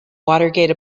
watergate